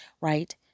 right